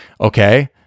Okay